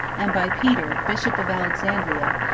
and by peter, bishop of alexandria,